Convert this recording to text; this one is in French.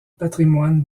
patrimoine